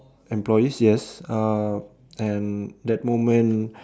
employees yes uh and that moment